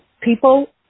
people